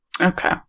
Okay